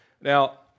Now